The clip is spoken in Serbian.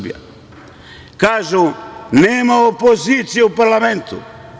Kažu, nema opozicije u parlamentu.